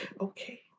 okay